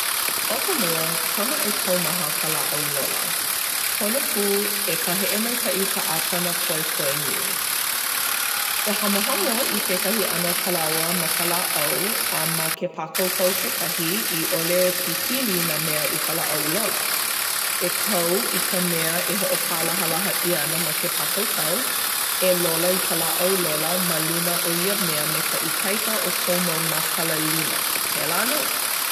ʻO ka mua, pono e kaumaha ka lāʻau lola. Pono pū e paheʻe maikaʻi ka ʻāpana poepoe nui. E hamohamo i kekahi ʻano palaoa ma ka lāʻau a ma ke pākaukau kekahi i ʻole pipili nā mea i ka lāʻau lola. E kau i ka mea e hoʻopālahalaha ʻia ana ma ke pākaukau. E lola i ka lāʻau lola ma luna o ia mea me ka ikaika o kou mau mākala lima. Pēlā nō.